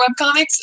webcomics